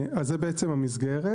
אז זה בעצם המסגרת.